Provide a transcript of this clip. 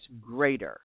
greater